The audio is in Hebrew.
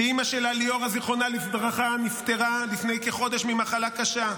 שאימא שלה ליאורה זיכרונה לברכה נפטרה לפני כחודש ממחלה קשה.